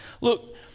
look